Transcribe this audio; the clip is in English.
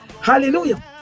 Hallelujah